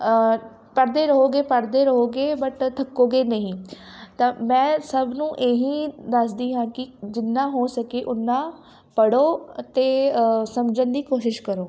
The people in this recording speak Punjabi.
ਪੜ੍ਹਦੇ ਰਹੋਗੇ ਪੜ੍ਹਦੇ ਰਹੋਗੇ ਬਟ ਥੱਕੋਗੇ ਨਹੀਂ ਤਾਂ ਮੈਂ ਸਭ ਨੂੰ ਇਹੀ ਦੱਸਦੀ ਹਾਂ ਕਿ ਜਿੰਨਾਂ ਹੋ ਸਕੇ ਉਨਾਂ ਪੜ੍ਹੋ ਅਤੇ ਸਮਝਣ ਦੀ ਕੋਸ਼ਿਸ਼ ਕਰੋ